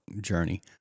journey